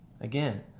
Again